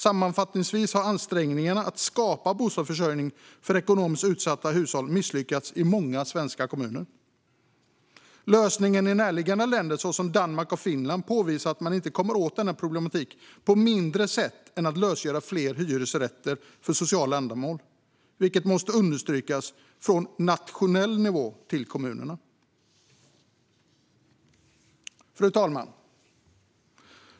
Sammanfattningsvis har ansträngningarna att skapa bostadsförsörjning för ekonomiskt utsatta hushåll misslyckats i många svenska kommuner. Lösningen i närliggande länder såsom Danmark och Finland påvisar att man inte kommer åt denna problematik med mindre än att lösgöra fler hyresrätter för sociala ändamål. Detta måste understrykas från nationell nivå till kommunerna. Fru talman!